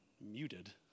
muted